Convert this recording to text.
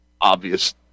obvious